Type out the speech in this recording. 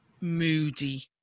moody